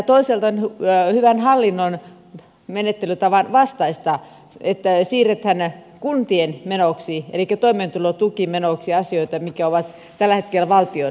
toisaalta on hyvän hallinnon menettelytavan vastaista että siirretään kuntien menoiksi elikkä toimeentulotukimenoiksi asioita mitkä ovat tällä hetkellä valtion menoja